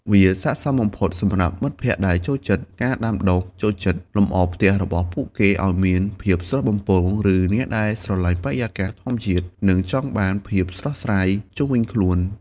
វាស័ក្តិសមបំផុតសម្រាប់មិត្តភក្តិដែលចូលចិត្តការដាំដុះ ចូលចិត្តលម្អផ្ទះរបស់ពួកគេឲ្យមានភាពស្រស់បំព្រង ឬអ្នកដែលស្រលាញ់បរិយាកាសធម្មជាតិ និងចង់បានភាពស្រស់ស្រាយជុំវិញខ្លួន។